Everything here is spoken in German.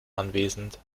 anwesend